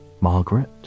Margaret